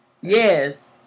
Yes